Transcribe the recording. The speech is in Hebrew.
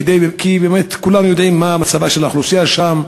כי באמת כולם יודעים מה מצבה של האוכלוסייה שם,